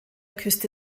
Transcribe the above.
küste